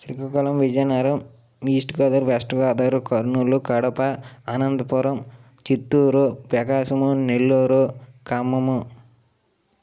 Srikakulam Vizianagaram east Godavari west Godavari Kurnool Kadapa Anantapuram Chittoor Prakasam Nellore Khammam